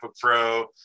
pro